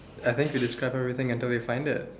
I think you describe everything until they find it